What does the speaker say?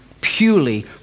purely